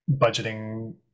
budgeting